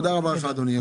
תודה רבה לך, אדוני.